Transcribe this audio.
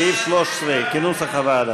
סעיף 13, כנוסח הוועדה.